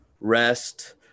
rest